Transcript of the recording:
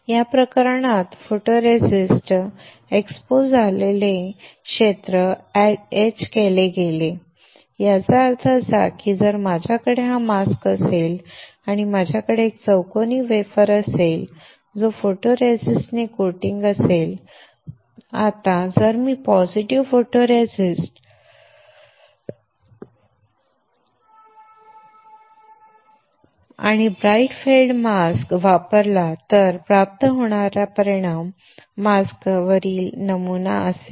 तर या प्रकरणात फोटोरेसिस्ट एक्सपोज आलेले क्षेत्र एच केले गेले याचा अर्थ असा की जर माझ्याकडे हा मास्क असेल आणि माझ्याकडे एक चौकोनी वेफर असेल जो फोटोरेसिस्टने कोटिंग असेल आता जर मी पॉझिटिव्ह फोटोरेसिस्ट आणि ब्राइट फील्ड मास्क वापरला तर प्राप्त होणारा परिणाम मास्क वरील नमुना असेल